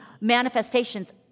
manifestations